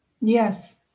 Yes